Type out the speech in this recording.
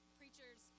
preachers